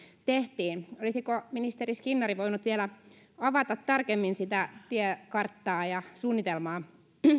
tehtiin olisiko ministeri skinnari voinut vielä avata tarkemmin sitä tiekarttaa ja suunnitelmaa